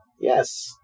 Yes